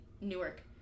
Newark